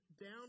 down